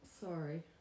sorry